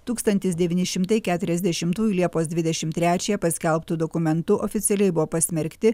tūkstantis devyni šimtai keturiasdešimtųjų liepos dvidešim trečiąją paskelbtu dokumentu oficialiai buvo pasmerkti